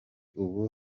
ubu